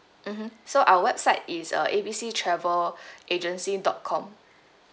mmhmm so our website is uh A B C travel agency dot com